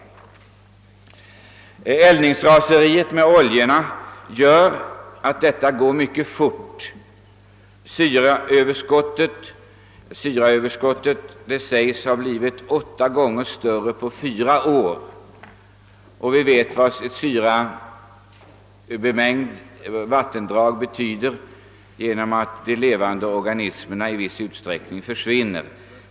Oljeeldningsraseriet gör att denna utveckling går mycket snabbt. Syraöverskottet sägs ha blivit åtta gånger större på fyra år. Vi vet vilka följder syrabemängningen av ett vattendrag får genom att de levande organismerna där i viss utsträckning försvinner.